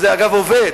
אגב, זה עובד.